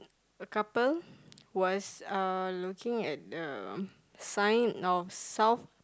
a couple was uh looking at the sign of south